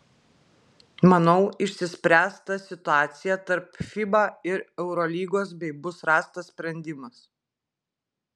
manau išsispręs ta situacija tarp fiba ir eurolygos bei bus rastas sprendimas